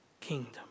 kingdom